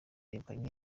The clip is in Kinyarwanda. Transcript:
yegukanye